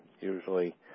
usually